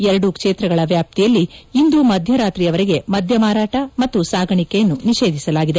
ಎರಡೂ ಕ್ಷೇತ್ರಗಳ ವ್ಯಾಪ್ತಿಯಲ್ಲಿ ಇಂದು ಮಧ್ಯರಾತ್ರಿವರೆಗೆ ಮದ್ಯಮಾರಾಟ ಮತ್ತು ಸಾಗಾಣಿಕೆಯನ್ನು ನಿಷೇಧಿಸಲಾಗಿದೆ